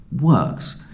works